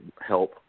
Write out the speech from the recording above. help